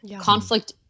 Conflict